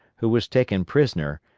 who was taken prisoner,